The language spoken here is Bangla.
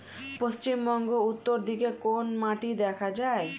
পশ্চিমবঙ্গ উত্তর দিকে কোন মাটি দেখা যায়?